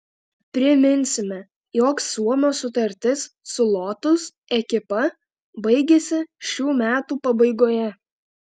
priminsime jog suomio sutartis su lotus ekipa baigiasi šių metų pabaigoje